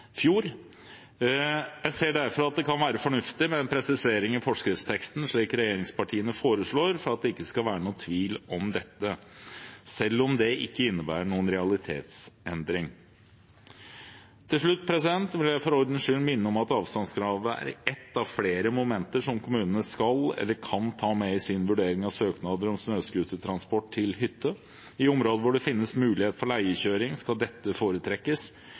fjor. Jeg ser derfor at det kan være fornuftig med en presisering i forskriftsteksten slik regjeringspartiene foreslår, for at det ikke skal være noen tvil om dette, selv om det ikke innebærer noen realitetsendring. Til slutt vil jeg for ordens skyld minne om at avstandskravet er ett av flere momenter som kommunene skal eller kan ta med i sin vurdering av søknader om snøscootertransport til hytte. I områder hvor det finnes mulighet for leiekjøring, skal dette foretrekkes.